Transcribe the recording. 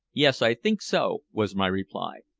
yes, i think so, was my reply.